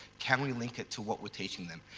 can we link it to what we're teaching them?